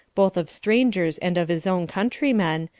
both of strangers and of his own countrymen,